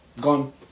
Gone